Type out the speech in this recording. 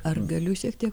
ar galiu šiek tiek